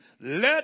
let